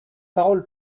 parole